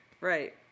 right